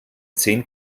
zehn